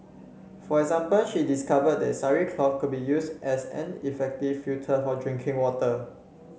for example she discovered that sari cloth could be used as an effective filter for drinking water